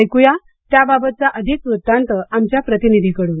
ऐक्या या बाबत अधिक वृत्तांत आमच्या प्रतिनिधीकडून